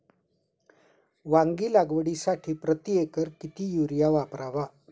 वांगी लागवडीसाठी प्रति एकर किती युरिया वापरावा?